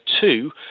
two